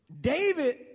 David